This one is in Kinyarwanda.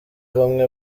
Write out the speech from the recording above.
bamwe